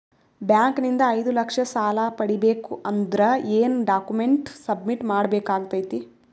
Bank ನಿಂದ ಐದು ಲಕ್ಷ ಸಾಲ ಪಡಿಬೇಕು ಅಂದ್ರ ಏನ ಡಾಕ್ಯುಮೆಂಟ್ ಸಬ್ಮಿಟ್ ಮಾಡ ಬೇಕಾಗತೈತಿ?